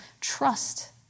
Trust